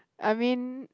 I mean